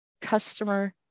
customer